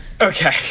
Okay